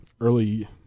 early